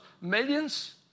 millions